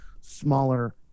smaller